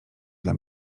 dla